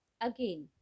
again